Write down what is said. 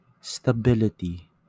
stability